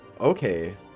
Okay